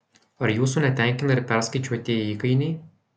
ar jūsų netenkina ir perskaičiuotieji įkainiai